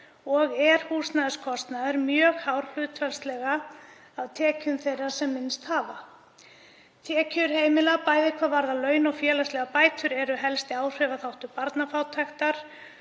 og er húsnæðiskostnaður mjög hár hlutfallslega af tekjum þeirra sem minnst hafa. Tekjur heimila, bæði hvað varðar laun og félagslegar bætur, eru helsti áhrifaþáttur barnafátæktar.